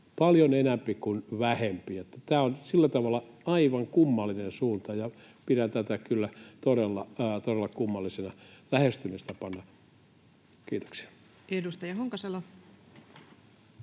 paljon enempi kuin vähempi. Tämä on sillä tavalla aivan kummallinen suunta, ja pidän tätä kyllä todella kummallisena lähestymistapana. — Kiitoksia. Edustaja Honkasalo.